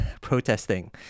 protesting